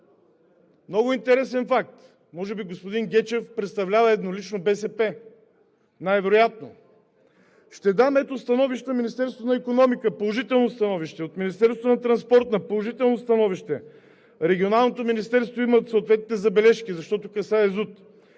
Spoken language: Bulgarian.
Много интересен факт! Може би господин Гечев представлява еднолично БСП. Най-вероятно. Ще дам становища – Министерството на икономиката с положително становище, от Министерството на транспорта – положително становище, Регионалното министерство имат съответните забележки, защото касае